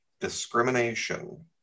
discrimination